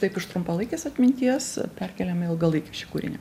taip iš trumpalaikės atminties perkeliam į ilgalaikę šį kūrinį